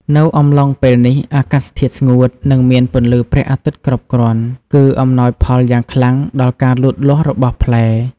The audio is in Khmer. នៅអំឡុងពេលនេះ អាកាសធាតុស្ងួត និងមានពន្លឺព្រះអាទិត្យគ្រប់គ្រាន់ គឺអំណោយផលយ៉ាងខ្លាំងដល់ការលូតលាស់របស់ផ្លែ។